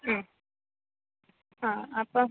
ഉം ആ അപ്പോള്